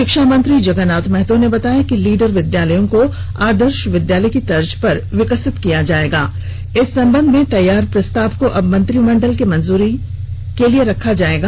शिक्षा मंत्री जगन्नाथ महतो ने बताया कि लीडर विद्यालयों को आदर्श विद्यालय की तर्ज पर विकसित किया जाएगा इस संबंध में तैयार प्रस्ताव को अब मंत्रिमंडल की मंजूरी के लिए रखा जाएगा